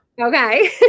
Okay